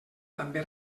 també